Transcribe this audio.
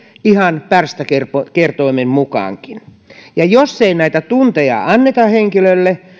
ihan pärstäkertoimen mukaankin jos ei näitä tunteja anneta henkilölle